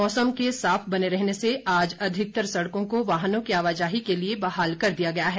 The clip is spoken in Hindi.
मौसम के साफ बने रहने से आज अधिकतर सड़कों को वाहनों की आवाजाही के लिए बहाल कर दिया गया है